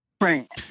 Right